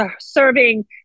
serving